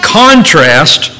contrast